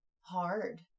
hard